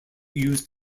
used